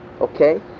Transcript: Okay